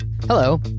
Hello